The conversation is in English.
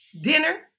dinner